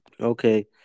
Okay